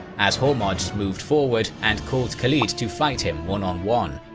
as hormozd moved forward and called khalid to fight him one on one.